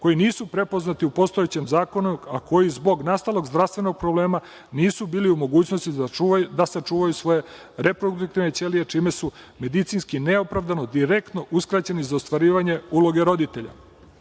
koji nisu prepoznati u postojećem zakonu, a koji zbog nastalog zdravstvenog problema nisu bili u mogućnosti da sačuvaju svoje reproduktivne ćelije, čime su medicinski, neopravdano, direktno uskraćeni za ostvarivanje uloge roditelja. Naime,